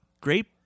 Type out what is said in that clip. Grape